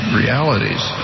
realities